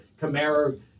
Kamara